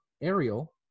Ariel